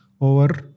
over